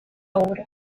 obra